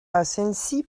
asensi